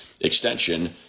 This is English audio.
extension